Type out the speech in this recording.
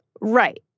Right